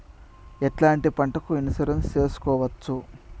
ఎట్లాంటి పంటలకు ఇన్సూరెన్సు చేసుకోవచ్చు?